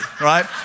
right